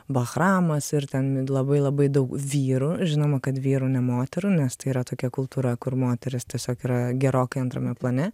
bachramas ir ten labai labai daug vyrų žinoma kad vyrų ne moterų nes tai yra tokia kultūra kur moterys tiesiog yra gerokai antrame plane